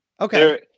Okay